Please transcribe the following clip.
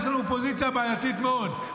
יש לנו אופוזיציה בעייתית מאוד,